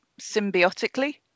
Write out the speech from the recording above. Symbiotically